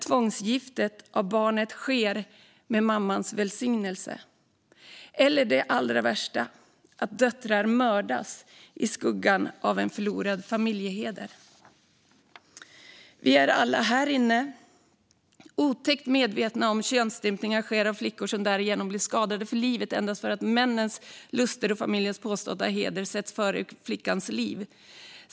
Tvångsgiftet av barnet kan också ske med mammans välsignelse, vilket kanske är ännu värre. Det allra värsta är att döttrar mördas i skuggan av en förlorad familjeheder. Vi är alla här inne otäckt medvetna om att könsstympning sker av flickor som därigenom blir skadade för livet endast för att männens lustar och familjens påstådda heder sätts före flickans liv.